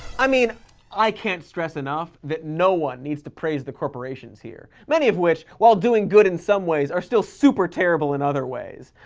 i mean i can't stress enough that no one needs to praise the corporations here. many of which, while doing good in some ways, are still super terrible in other ways.